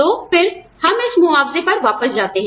तो फिर हम इस मुआवजे पर वापस जाते हैं